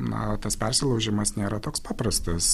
na tas persilaužimas nėra toks paprastas